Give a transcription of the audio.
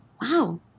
wow